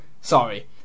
Sorry